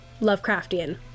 Lovecraftian